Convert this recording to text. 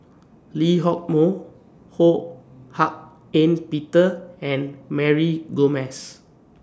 Lee Hock Moh Ho Hak Ean Peter and Mary Gomes